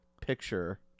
picture